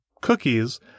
cookies